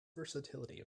versatility